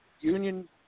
union